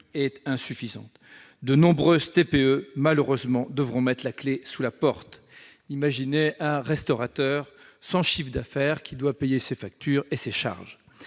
insuffisante : de nombreuses TPE devront malheureusement mettre la clé sous la porte. Imaginez un restaurateur sans chiffre d'affaires, qui doit payer ses factures et ses charges